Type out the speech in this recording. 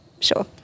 Sure